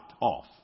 off